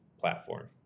platform